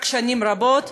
שנים רבות,